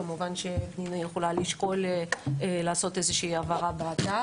כמובן שפנינה יכולה לשקול לעשות איזושהי הבהרה באתר,